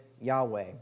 Yahweh